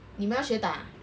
你们要学打啊